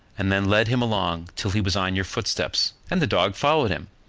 and then led him along till he was on your footsteps and the dog followed him,